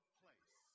place